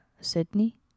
Sydney